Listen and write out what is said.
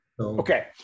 Okay